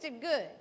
good